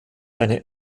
eine